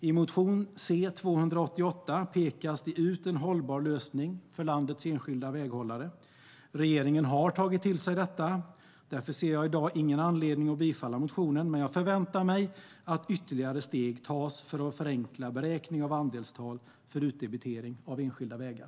I motion C288 pekas det ut en hållbar lösning för landets enskilda väghållare. Regeringen har tagit till sig detta, och därför ser jag i dag ingen anledning att yrka bifall till motionen. Men jag förväntar mig att ytterligare steg tas för att förenkla beräkning av andelstal för utdebitering av enskilda vägar.